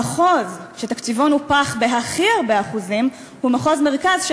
המחוז שתקציבו נופח בהכי הרבה אחוזים הוא מחוז מרכז,